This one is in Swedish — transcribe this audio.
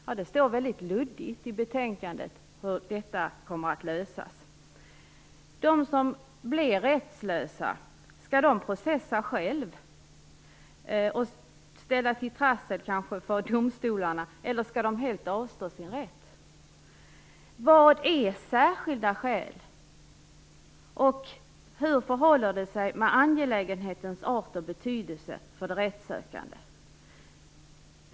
Ja, det står väldigt luddigt beskrivet i betänkandet hur detta kommer att lösas. Skall de som blir rättslösa processa själva och kanske ställa till trassel för domstolarna, eller skall de helt avstå sin rätt? Vad är särskilda skäl? Hur förhåller det sig med angelägenhetens art och betydelse för de rättssökande?